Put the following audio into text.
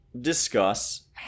discuss